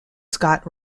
scott